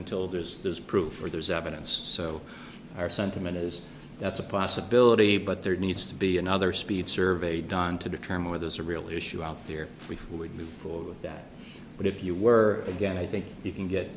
until there's there's proof or there's evidence so our sentiment is that's a possibility but there needs to be another speed survey done to determine where there's a real issue out there we would move forward with that but if you were again i think you can get